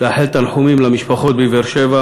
לאחל מהדוכן הזה תנחומים למשפחות בבאר-שבע,